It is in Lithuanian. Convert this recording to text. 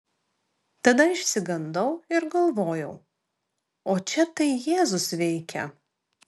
tada išsigandau ir galvojau o čia tai jėzus veikia